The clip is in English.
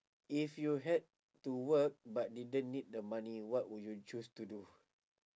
if you had to work but didn't need the money what would you choose to do